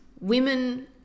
women